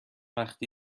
وقتی